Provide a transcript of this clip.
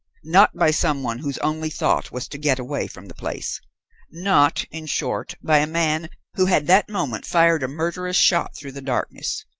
not by some one whose only thought was to get away from the place not, in short, by a man who had that moment fired a murderous shot through the darkness.